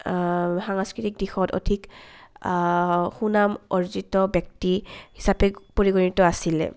সাংস্কৃতিক দিশত অধিক সুনাম অৰ্জিত ব্যক্তি হিচাপে পৰিগণিত আছিলে